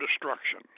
destruction